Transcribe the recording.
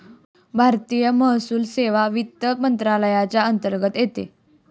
भारतीय महसूल सेवा वित्त मंत्रालयाच्या अंतर्गत येते